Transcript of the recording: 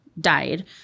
died